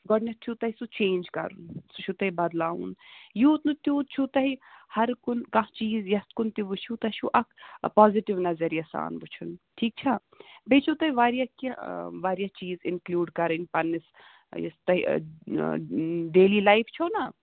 گۄڈٕنیٚتھ چھُو تۄہہِ سُہ چینج کَرُن سُہ چھُو تۄہہِ بَدلاوُن یوٗت نہٕ تیوٗت چھُو تۄہہِ ہَر کُنہِ کانٛہہ چیٖز یَتھ کُن تہِ وُچھُو تۄہہِ چھُو اکھ پازِٹِو نَظریہِ سان وُچھُن ٹھیٖک چھا بیٚیہِ چھُو تۄہہِ واریاہ کیٚنٛہہ واریاہ چیٖز اِنکٕلوٗڈ کَرٕنۍ پَنٕنِس یُس تۄہہِ ڈیلی لایف چھو نہ